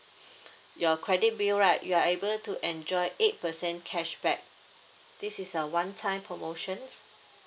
your credit bill right you are able to enjoy eight percent cashback this is a one time promotion